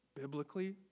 Biblically